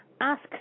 ask